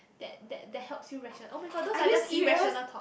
that that that helps you ratio~ oh-my-god those are just irrational thoughts